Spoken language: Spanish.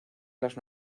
las